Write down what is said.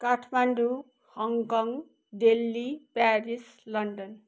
Kathmandu Hong Kong Delhi Paris London